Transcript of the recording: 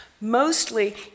mostly